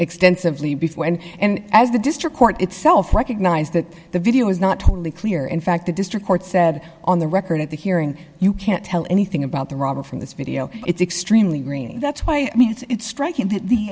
extensively before and and as the district court itself recognized that the video is not totally clear in fact the district court said on the record at the hearing you can't tell anything about the robber from this video it's extremely green that's why i mean it's striking th